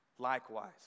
likewise